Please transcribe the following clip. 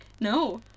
No